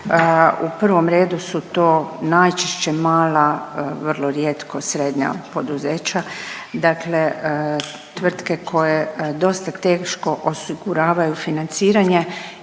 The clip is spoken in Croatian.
u prvom redu su to najčešće mala, vrlo rijetko srednja poduzeća, dakle tvrtke koje dosta teško osiguravaju financiranje